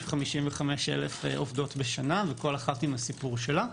יש 55,000 עובדות בשנה ולכל אחת יש את הסיפור שלה.